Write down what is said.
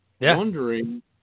wondering